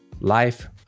life